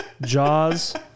Jaws